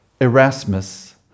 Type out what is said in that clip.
Erasmus